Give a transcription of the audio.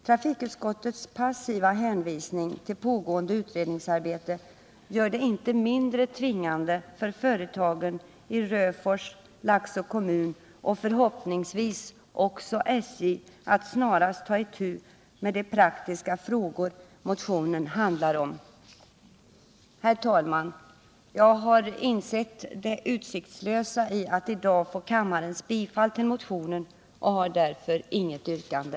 Trafikutskottets passiva hänvisning till pågående utredningsarbete gör det inte mindre tvingande för företagen i Röfors, Laxå kommun och förhoppningsvis också för SJ att snarast ta itu med de praktiska frågor motionen handlar om. Herr talman! Jag har insett det utsiktslösa i att i dag få kammarens bifall till motionen och har därför inget yrkande.